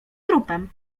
trupem